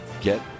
get